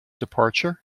departure